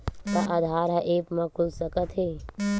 का आधार ह ऐप म खुल सकत हे?